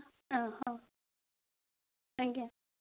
ଆଜ୍ଞା